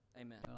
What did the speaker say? amen